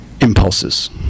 impulses